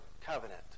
covenant